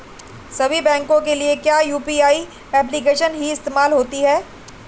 सभी बैंकों के लिए क्या यू.पी.आई एप्लिकेशन ही इस्तेमाल होती है?